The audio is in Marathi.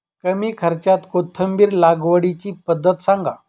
कमी खर्च्यात कोथिंबिर लागवडीची पद्धत सांगा